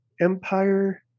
Empire